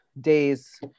days